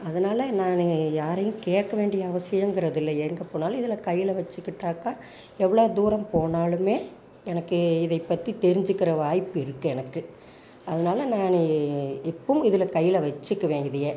அதனால் நானு யாரையும் கேட்க வேண்டிய அவசியங்கிறது இல்லை எங்கே போனாலும் இதில் கையில் வச்சிக்கிட்டாக எவ்வளோ தூரம் போனாலுமே எனக்கு இதை பற்றி தெரிஞ்சிக்கிற வாய்ப்பு இருக்குது எனக்கு அதனால நானு எப்போவும் இதில் கையில் வச்சுக்குவேன் இதையே